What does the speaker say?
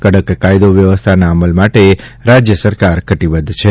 કડક કાયદો વ્યવસ્થાના અમલ માટે સરકાર કટિબધ્ધ છે